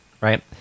Right